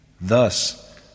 Thus